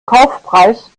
kaufpreis